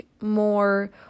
more